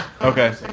okay